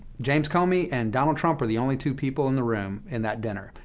james comey and donald trump were the only two people in the room in that dinner.